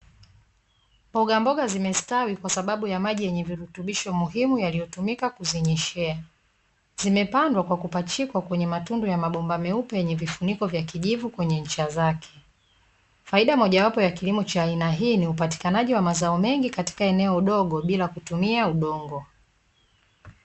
Mbogamboga zimestawi kwa sababu ya maji yenye virutubisho muhimu yaliyotumika kuzinyeshea. Zimepandwa kwa kupachikwa kwenye matundu ya mabomba meupe yenye vifuniko vya kijivu kwenye ncha zake. Faida mojawapo ya kilimo cha aina hii ni upatikanaji wa mazao mengi katika eneo dogo bila kutumia udongo.